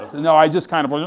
and no, i just kind of went,